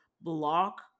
block